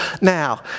now